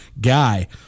guy